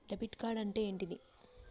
Debit card అంటే ఏంటిది?